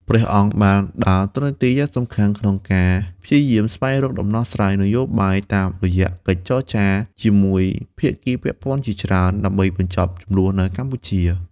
ព្រះអង្គបានដើរតួនាទីយ៉ាងសំខាន់ក្នុងការព្យាយាមស្វែងរកដំណោះស្រាយនយោបាយតាមរយៈកិច្ចចរចាជាមួយភាគីពាក់ព័ន្ធជាច្រើន ដើម្បីបញ្ចប់ជម្លោះនៅកម្ពុជា។